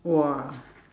!wah!